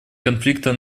конфликта